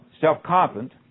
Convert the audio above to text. self-confident